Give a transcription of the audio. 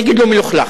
אני אגיד עליו מלוכלך,